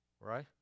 Right